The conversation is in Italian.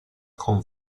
con